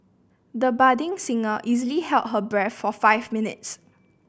the budding singer easily held her breath for five minutes